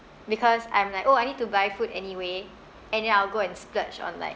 because I'm like oh I need to buy food anyway and then I'll go and splurge on like